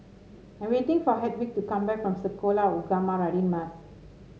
I'm waiting for Hedwig to come back from Sekolah Ugama Radin Mas